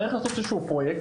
צריך לעשות איזה שהוא פרויקט,